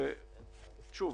חבר'ה,